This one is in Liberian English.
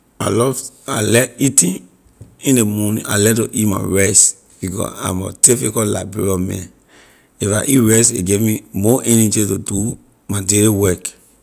I love I like eating in ley morning I like to eat my rice because i’m a typical liberia man if I eat rice a give me more energy to do my daily work.